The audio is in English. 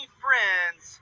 friends